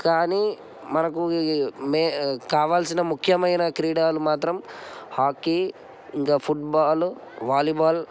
కానీ మనకు కావాల్సిన ముఖ్యమైన క్రీడలు మాత్రం హాకీ ఇంకా ఫుడ్బాలు వాలీబాల్